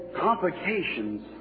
complications